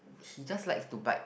he just likes to bite